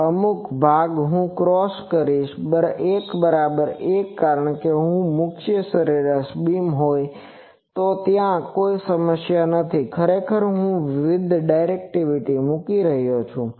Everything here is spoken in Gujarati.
તેથી અમુક ભાગ હું ક્રોસ કરીશ 1 બરાબર 1 કારણ કે જો મુખ્ય સરેરાશ બીમ હોય તો ત્યાં કોઈ સમસ્યા નથી ખરેખર હું વધુ ડાયરેક્ટિવિટી મૂકી રહ્યો છું